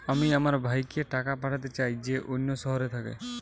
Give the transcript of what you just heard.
আমি আমার ভাইকে টাকা পাঠাতে চাই যে অন্য শহরে থাকে